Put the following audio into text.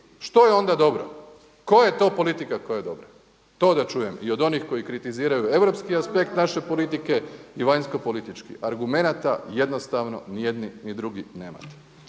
Što je onda dobro? Koja je to politika koja je dobra? To da čujem i od onih koji kritiziraju europski aspekt naše politike i vanjskopolitički. Argumenta jednostavno ni jedni ni drugi nemate.